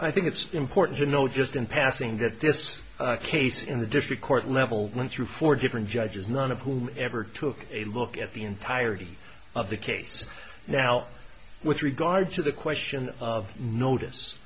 i think it's important to note just in passing that this case in the district court level went through four different judges none of whom ever took a look at the entirety of the case now with regard to the question of notice